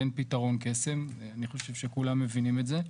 אין פתרון קסם, אני חושב שכולם מבינים את זה.